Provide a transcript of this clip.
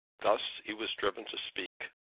thus he was driven to speak.